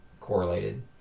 correlated